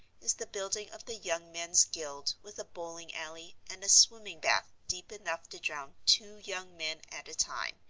is the building of the young men's guild with a bowling-alley and a swimming-bath deep enough to drown two young men at a time,